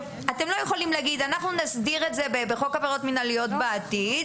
אתם לא יכולים להגיד: אנחנו נסדיר את זה בחוק עבירות מינהליות בעתיד.